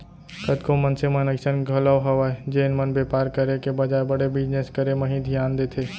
कतको मनसे मन अइसन घलौ हवय जेन मन बेपार करे के बजाय बड़े बिजनेस करे म ही धियान देथे